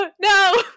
No